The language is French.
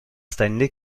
stanley